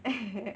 eh